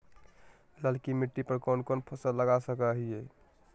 ललकी मिट्टी पर कोन कोन फसल लगा सकय हियय?